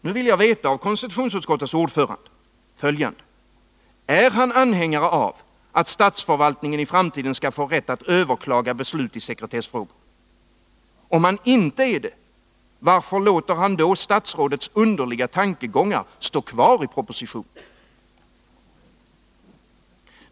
Nu vill jag veta av konstitutionsutskottets ordförande: Är han anhängare av att statsförvaltningen skall få rätt att överklaga beslut i sekretessfrågor? Om han inte är det, varför låter han då statsrådets underliga tankegångar stå kvar i propositionen?